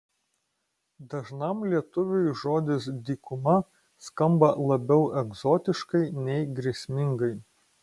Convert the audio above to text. dažnam lietuviui žodis dykuma skamba labiau egzotiškai nei grėsmingai